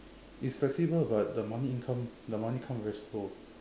it's flexible but the money income the money come very slow